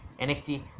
nxt